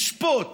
לשפוט